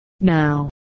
Now